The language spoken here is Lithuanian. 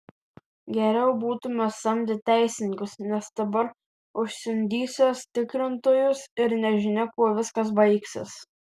geriau būtume samdę teisininkus nes dabar užsiundysiąs tikrintojus ir nežinia kuo viskas baigsis